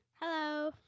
Hello